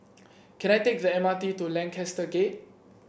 can I take the M R T to Lancaster Gate